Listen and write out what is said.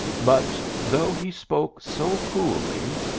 but though he spoke so coolly,